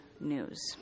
news